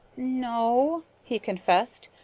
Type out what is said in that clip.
no, he confessed,